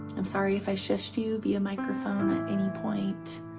i'm sorry if i shushed you via microphone at any point.